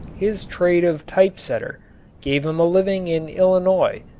his trade of typesetter gave him a living in illinois,